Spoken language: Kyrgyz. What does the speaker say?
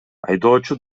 айдоочу